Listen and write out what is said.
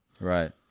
right